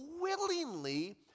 willingly